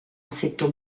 assetto